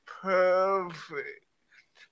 perfect